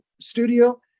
studio